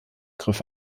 griff